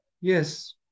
Yes